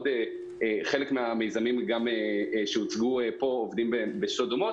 חלק מהמיזמים שהוצגו פה עובדים בשיטות דומות.